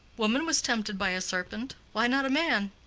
woman was tempted by a serpent why not man?